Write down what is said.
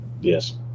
Yes